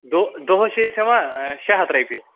دۅہَس دۅہَس چھِ أسۍ ہیوٚان شےٚ ہتھ رۅپیہِ